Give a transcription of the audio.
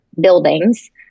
buildings